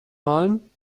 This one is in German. malen